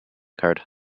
card